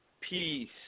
peace